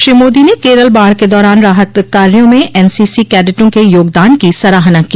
श्री मोदी ने केरल बाढ़ के दौरान राहत कार्यों में एनसीसी कैडेटों के योगदान की सराहना की